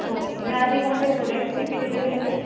okay या आधी कोणते प्रोडक्स यूज केलेले तुम्ही